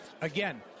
again